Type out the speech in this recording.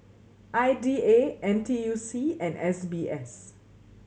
I D A N T U C and S B S